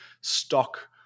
stock